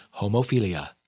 HOMOPHILIA